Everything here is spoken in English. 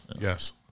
Yes